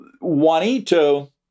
Juanito